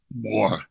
more